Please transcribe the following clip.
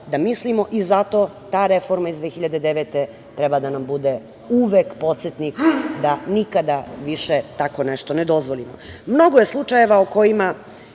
da mislimo i zato ta reforma iz 2009. godine, treba da nam bude uvek podsetnik da nikada više tako nešto ne dozvolimo. Mnogo je slučajeva o kojima